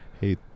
hey